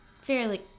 fairly